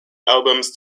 albums